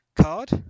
card